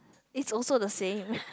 it's also the same